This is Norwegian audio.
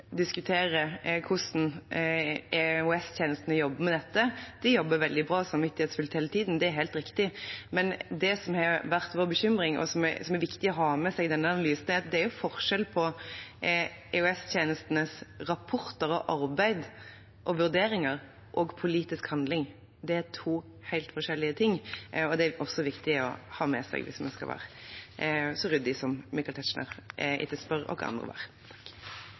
diskuterer hvordan EOS-tjenestene jobber med dette. De jobber veldig bra og samvittighetsfullt hele tiden, det er helt riktig, men det som har vært vår bekymring, og som er viktig å ha med seg i denne analysen, er at det er forskjell på EOS-tjenestenes rapporter, arbeid og vurderinger og politisk handling. Det er to helt forskjellige ting, og det er også viktig å ha med seg hvis man skal være så ryddig som Michael Tetzschner etterspør oss andre